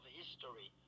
history